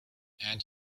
and